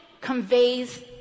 conveys